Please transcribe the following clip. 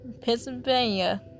Pennsylvania